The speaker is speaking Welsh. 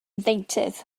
ddeintydd